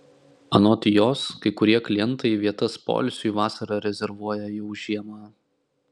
anot jos kai kurie klientai vietas poilsiui vasarą rezervuoja jau žiemą